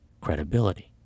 credibility